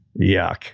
Yuck